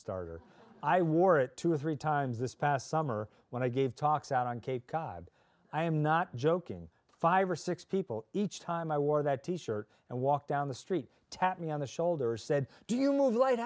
starter i wore it two or three times this past summer when i gave talks out on cape cod i am not joking five or six people each time i wore that t shirt and walked down the street tapped me on the shoulder or said do you